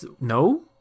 No